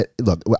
look